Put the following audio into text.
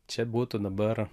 čia būtų dabar